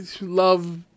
love